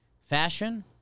fashion